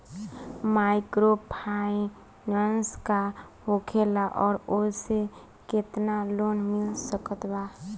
Microfinance का होखेला और ओसे केतना लोन मिल सकत बा?